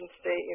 State